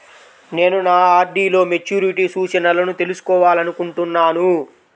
నేను నా ఆర్.డీ లో మెచ్యూరిటీ సూచనలను తెలుసుకోవాలనుకుంటున్నాను